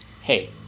Hey